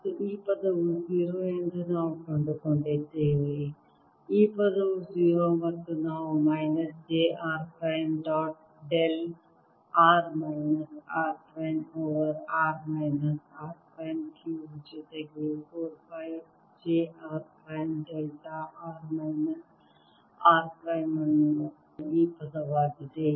ಮತ್ತು ಈ ಪದವು 0 ಎಂದು ನಾವು ಕಂಡುಕೊಂಡಿದ್ದೇವೆ ಈ ಪದವು 0 ಮತ್ತು ನಾವು minus j r prime dot del r minus r prime over r minus r prime cubed ಜೊತೆಗೆ 4 pi j r prime delta r minus r prime ಅನ್ನು ಈ ಪದವಾಗಿದೆ